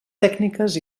tècniques